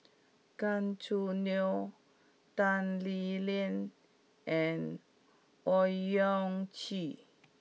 Gan Choo Neo Tan Lee Leng and Owyang Chi